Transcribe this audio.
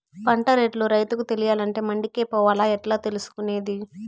పంట రేట్లు రైతుకు తెలియాలంటే మండి కే పోవాలా? ఎట్లా తెలుసుకొనేది?